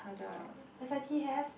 s_i_t have